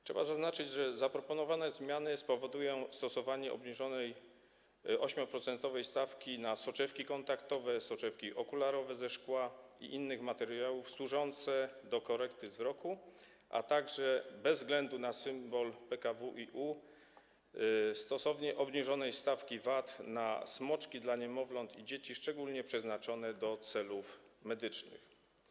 Trzeba zaznaczyć, że zaproponowane zmiany spowodują stosowanie obniżonej, 8-procentowej stawki na soczewki kontaktowe, soczewki okularowe ze szkła i innych materiałów, które służą do korekty wzroku, a także bez względu na symbol PKWiU - stosowanie obniżonej stawki VAT na smoczki dla niemowląt i dzieci, szczególnie przeznaczone do celów medycznych.